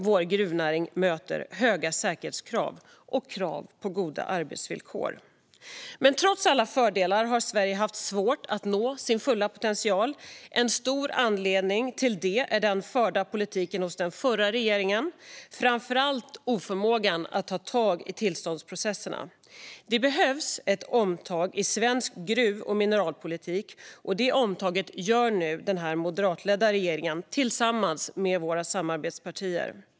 Vår gruvnäring uppfyller också höga säkerhetskrav och krav på goda arbetsvillkor. Trots alla fördelar har Sverige haft svårt att nå sin fulla potential. En stor anledning till detta är den förda politiken från den förra regeringen, framför allt oförmågan att ta tag i tillståndsprocesserna. Det behövs ett omtag i svensk gruv och mineralpolitik, och detta omtag gör nu den moderatledda regeringen tillsammans med samarbetspartierna.